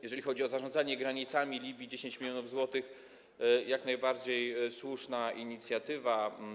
Jeżeli chodzi o zarządzanie granicami Libii, 10 mln zł, to jest to jak najbardziej słuszna inicjatywa.